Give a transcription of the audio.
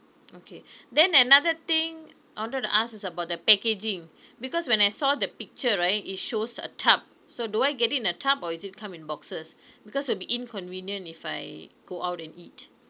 okay then another thing I wanted to ask is about the packaging because when I saw the picture right it shows a tub so do I get in a tub or is it come in boxes because it'll be inconvenient if I go out and eat